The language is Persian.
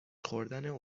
خوردن